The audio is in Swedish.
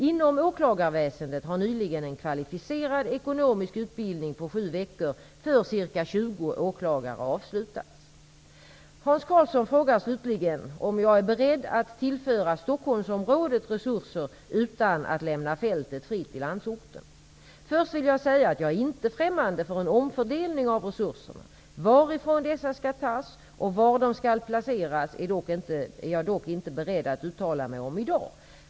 Inom åklagarväsendet har nyligen en kvalificerad ekonomisk utbildning på sju veckor för ca 20 Hans Karlsson frågar slutligen om jag är beredd att tillföra Stockholmsområdet resurser utan att lämna fältet fritt i landsorten. Först vill jag säga att jag inte är främmande för en omfördelning av resurserna. Varifrån dessa skall tas och var de skall placeras är jag dock inte beredd att uttala mig om i dag.